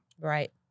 Right